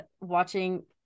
watching